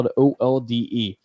o-l-d-e